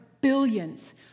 billions